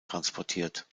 transportiert